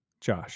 Josh